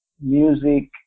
music